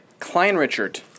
Kleinrichard